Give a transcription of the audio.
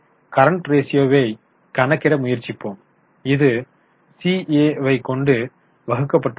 current ரேஷியோவை கணக்கிட முயற்சிப்போம் இது CA வை கொண்டு வகுக்கப்பட்டுள்ளது